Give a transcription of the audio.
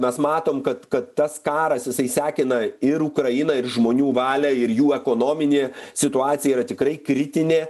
mes matom kad kad tas karas jisai sekina ir ukrainą ir žmonių valią ir jų ekonominė situacija yra tikrai kritinė